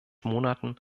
monaten